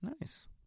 nice